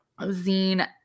Zine